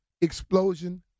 explosion